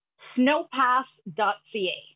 Snowpass.ca